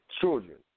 children